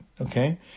okay